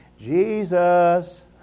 Jesus